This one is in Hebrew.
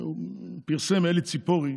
פרסם אלי ציפורי